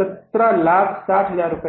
1760000 हो गई है